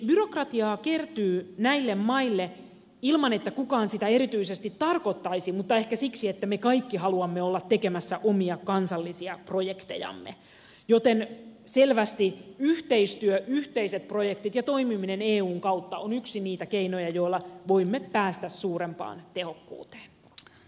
byrokratiaa kertyy näille maille ilman että kukaan sitä erityisesti tarkoittaisi mutta ehkä siksi että me kaikki haluamme olla tekemässä omia kansallisia projektejamme joten selvästi yhteistyö yhteiset projektit ja toimiminen eun kautta on yksi niitä keinoja joilla voimme päästä suurempaan tehokkuuteen